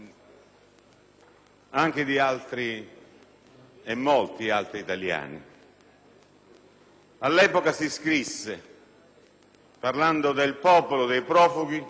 anche di molti altri italiani. All'epoca si scrisse, parlando del popolo dei profughi,